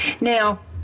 Now